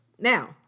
Now